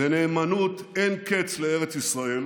ונאמנות אין-קץ לארץ ישראל